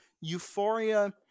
euphoria